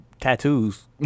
tattoos